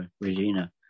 Regina